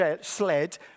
sled